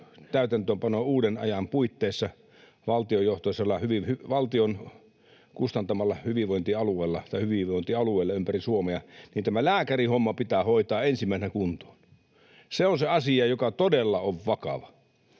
täytäntöönpanoa uuden ajan puitteissa valtion kustantamilla hyvinvointialueilla ympäri Suomea, niin tämä lääkärihomma pitää hoitaa ensimmäisenä kuntoon. Se on se asia, joka todella on vakava,